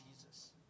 Jesus